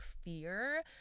fear